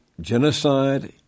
genocide